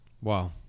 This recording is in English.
Wow